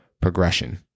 progression